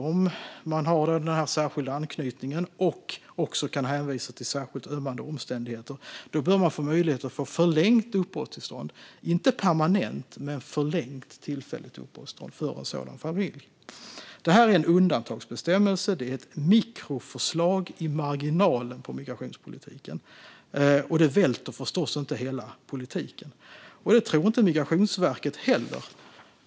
Om de har den särskilda anknytningen och också kan hänvisa till särskilt ömmande omständigheter bör en sådan familj få möjlighet till förlängt tillfälligt, inte permanent, uppehållstillstånd. Det här är en undantagsbestämmelse. Det är ett mikroförslag i marginalen på migrationspolitiken. Det välter förstås inte hela politiken. Det tror inte Migrationsverket heller.